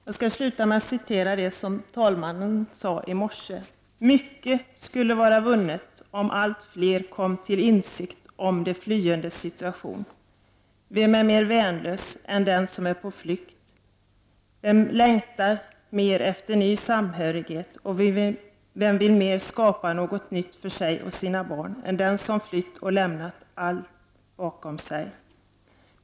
Jag skall sluta med att citera det som talmannen sade i morse: ”Mycket skulle vara vunnet om allt fler kom till insikt om de flyendes situation. Vem är mer värnlös än den som är på flykt? Vem längtar mer efter ny samhörighet, och vem vill mer skapa något nytt för sig och sina barn än den som flytt och lämnat allt bakom sig?